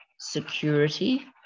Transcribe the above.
security